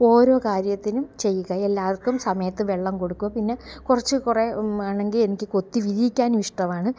ഓരോ കാര്യത്തിനും ചെയ്യുക എല്ലാവർക്കും സമയത്ത് വെള്ളം കൊടുക്കുക പിന്നെ കുറച്ച് കുറേ ആണെങ്കിൽ എനിക്ക് കൊത്തി വിരിയിക്കാനും ഇഷ്ടമാണ്